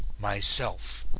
myself!